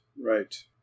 right